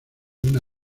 una